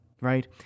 right